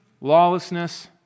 lawlessness